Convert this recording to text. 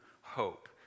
hope